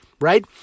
Right